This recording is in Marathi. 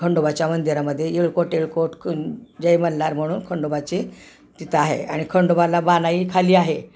खंडोबाच्या मंदिरामध्ये येळकोट येळकोट कुं जय मल्लार म्हणून खंडोबाचे तिथं आहे आणि खंडोबाला बनाई खाली आहे